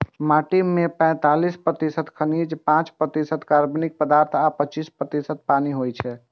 माटि मे पैंतालीस प्रतिशत खनिज, पांच प्रतिशत कार्बनिक पदार्थ आ पच्चीस प्रतिशत पानि होइ छै